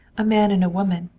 a man and a woman,